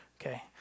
okay